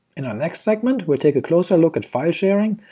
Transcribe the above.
in our next segment, we'll take a closer look at file sharing,